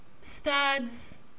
studs